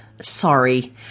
Sorry